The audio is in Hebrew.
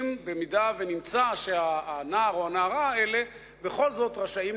אם נמצא שהנער או הנערה בכל זאת רשאים